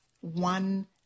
one